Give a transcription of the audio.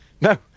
No